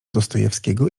dostojewskiego